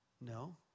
No